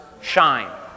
shine